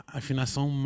afinação